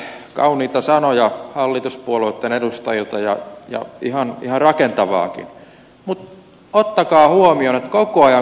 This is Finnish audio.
kauniita sanoja hallituspuolueitten edustajilta ja ihan rakentavaakin mutta ottakaa huomioon että koko ajan kuntakenttä elää